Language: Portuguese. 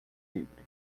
livre